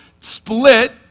split